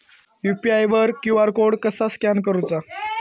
UPI वर QR code कसा scan करूचा?